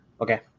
Okay